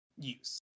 use